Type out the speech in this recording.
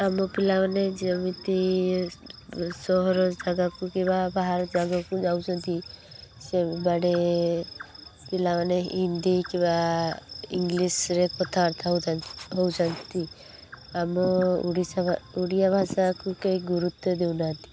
ଆମ ପିଲାମାନେ ଯେମିତି ସହର ଜାଗାକୁ କିମ୍ୱା ବାହାର ଜାଗାକୁ ଯାଉଛନ୍ତି ସେମାନେ ପିଲାମାନେ ହିନ୍ଦୀ କିମ୍ୱା ଇଂଲିଶରେ କଥାବାର୍ତ୍ତା ହଉଛନ୍ତି ଆମ ଓଡ଼ିଆଭାଷାକୁ କେହି ଗୁରୁତ୍ୱ ଦେଉ ନାହାନ୍ତି